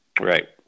Right